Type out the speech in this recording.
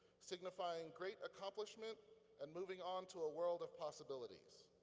signifying great accomplishment and moving on to a world of possibilities.